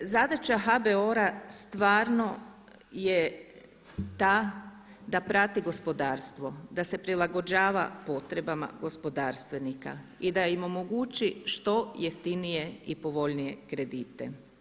Zadaća HBOR-a stvarno je ta da prati gospodarstvo, da se prilagođava potrebama gospodarstvenika i da im omogući što jeftinije i povoljnije kredite.